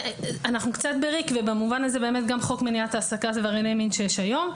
אנחנו קצת בריק ובמובן הזה באמת חוק מניעת העסקת עברייני מין שיש היום,